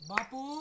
Bapu